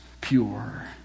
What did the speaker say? pure